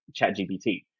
ChatGPT